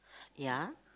ya